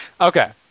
Okay